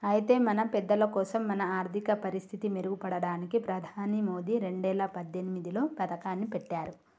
అయినా మన పెద్దలకోసం మన ఆర్థిక పరిస్థితి మెరుగుపడడానికి ప్రధాని మోదీ రెండేల పద్దెనిమిదిలో పథకాన్ని పెట్టారు